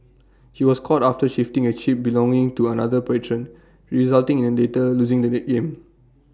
he was caught after shifting A chip belonging to another patron resulting in latter losing the that game